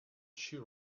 she